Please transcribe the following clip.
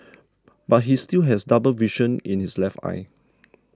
but he still has double vision in his left eye